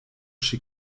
she